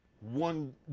one